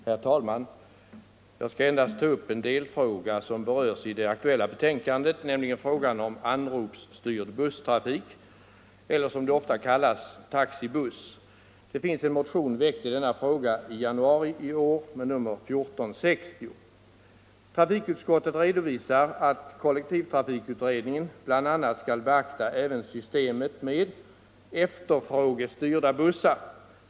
Herr talman! Jag skall endast ta upp en delfråga, som berörs i det aktuella betänkandet, nämligen frågan om anropsstyrd busstrafik eller, som det ofta kallas, taxibuss. Det finns en motion väckt i denna fråga Trafikutskottet redovisar att kollektivtrafikutredningen bl.a. skall beakta även systemet med ”efterfrågestyrda bussar”.